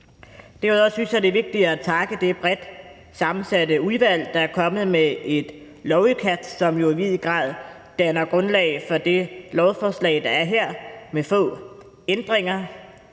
det er vigtigt at takke det bredt sammensatte udvalg, der er kommet med et lovudkast, som jo i vid udstrækning danner grundlag for det lovforslag, der er her, og som har få ændringer.